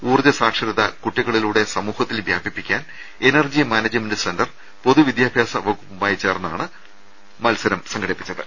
ഊർജ്ജ സാക്ഷരത കുട്ടികളിലൂടെ സമൂഹത്തിൽ വ്യാപിപ്പിക്കാൻ എനർജി മാനേജ്മെന്റ് സെന്റർ പൊതുവിദ്യാഭ്യാസ വകുപ്പുമായി ചേർന്നാണ് മത്സരം സംഘടിപ്പിച്ചത്